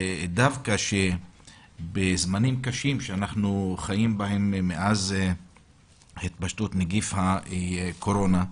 דווקא בזמנים קשים שאנחנו חיים בהם מאז התפשטות נגיף הקורונה,